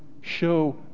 show